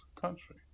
country